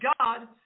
God